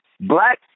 black